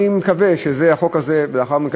אני מקווה שבחוק הזה,